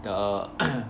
the